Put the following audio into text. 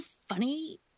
funny